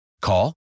Call